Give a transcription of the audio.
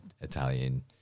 Italian